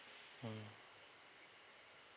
mm